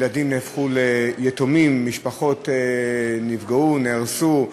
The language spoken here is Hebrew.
ילדים נהפכו ליתומים, משפחות נפגעו, נהרסו.